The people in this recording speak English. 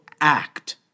act